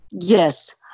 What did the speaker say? Yes